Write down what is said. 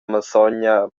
malsogna